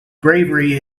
bravery